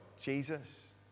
Jesus